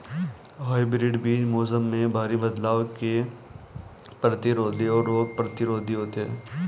hybrid बीज मौसम में भारी बदलाव के प्रतिरोधी और रोग प्रतिरोधी होते हैं